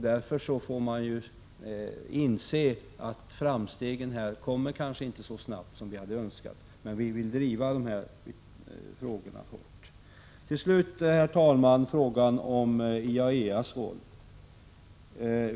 Därför får man inse att framstegen kanske inte kommer så snabbt som vi hade önskat, men näringsutskottet vill att frågorna skall drivas hårt. Till slut, herr talman, frågan om IAEA:s roll.